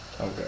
Okay